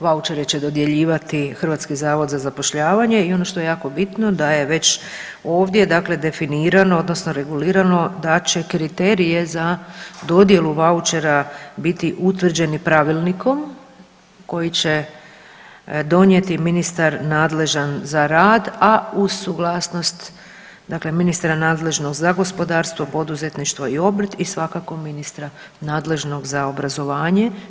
Vaučere će dodjeljivati HZZ i ono što je jako bitno da je već ovdje, dakle definirano odnosno regulirano da će kriterije za dodjelu vaučera biti utvrđeni pravilnikom koji će donijeti ministar nadležan za rad, a uz suglasnost dakle ministra nadležnog za gospodarstvo, poduzetništvo i obrt i svakako ministra nadležnog za obrazovanje.